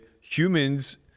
humans